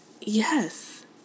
yes